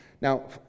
Now